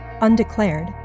Undeclared